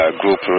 group